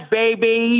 baby